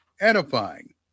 edifying